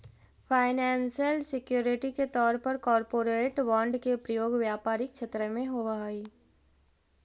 financial security के तौर पर कॉरपोरेट बॉन्ड के प्रयोग व्यापारिक क्षेत्र में होवऽ हई